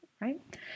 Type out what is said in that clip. right